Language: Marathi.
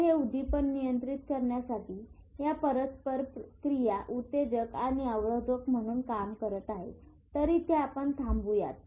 तर हे उद्दीपन नियंत्रित करण्यासाठी या परस्परक्रिया उत्तेजक किंवा अवरोधक म्हणून काम करत आहे तर इथे आपण थांबूयात